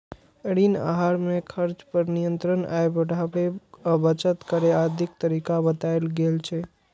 ऋण आहार मे खर्च पर नियंत्रण, आय बढ़ाबै आ बचत करै आदिक तरीका बतायल गेल छै